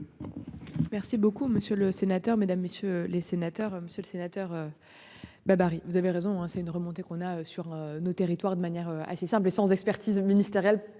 Merci beaucoup monsieur le sénateur, mesdames, messieurs les sénateurs, Monsieur le Sénateur. Babary, vous avez raison hein c'est une remontée qu'on a sur nos territoires de manière assez simple et sans expertise ministériel